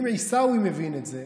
אם עיסאווי מבין את זה,